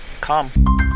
come